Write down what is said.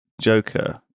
Joker